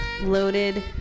Loaded